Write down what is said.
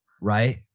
right